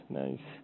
nice